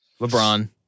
LeBron